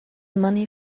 money